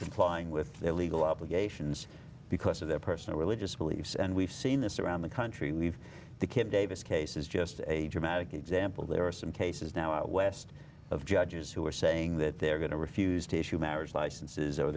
complying with their legal obligations because of their personal religious beliefs and we've seen this around the country leave the kid davis case is just a dramatic example there are some cases now out west of judges who are saying that they're going to refuse to issue marriage licenses are